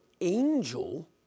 angel